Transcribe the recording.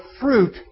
fruit